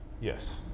Yes